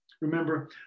Remember